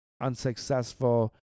unsuccessful